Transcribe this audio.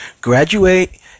graduate